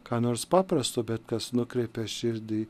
ką nors paprasto bet kas nukreipia širdį